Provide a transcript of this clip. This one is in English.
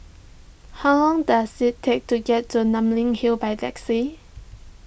how long does it take to get to Namly Hill by taxi